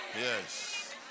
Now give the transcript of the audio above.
Yes